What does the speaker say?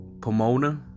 Pomona